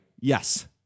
yes